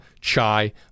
chai